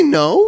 no